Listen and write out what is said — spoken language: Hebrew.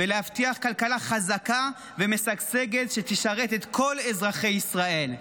ולהבטיח כלכלה חזקה ומשגשגת שתשרת את כל אזרחי ישראל.